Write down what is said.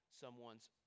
someone's